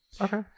okay